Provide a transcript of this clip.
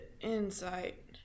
insight